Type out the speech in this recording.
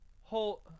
hold